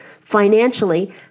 financially